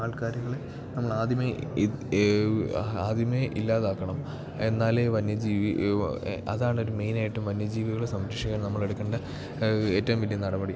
നാൽക്കാലികളെ നമ്മൾ ആദ്യമേ ആദ്യമേ ഇല്ലാതാക്കണം എന്നാലേ വന്യജീവി ഇവിടെ അതാണ് ഒരു മെയ്നായിട്ടും വന്യജീവികളെ സംരക്ഷിക്കാൻ നമ്മൾ എടുക്കേണ്ട ഏറ്റവും വലിയ നടപടി